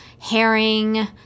herring